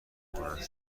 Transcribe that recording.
کند